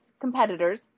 competitors